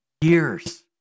years